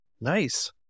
Nice